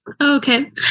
Okay